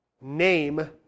name